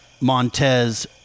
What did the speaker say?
Montez